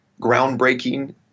groundbreaking